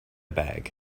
bag